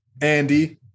Andy